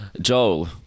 Joel